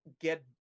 get